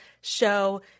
Show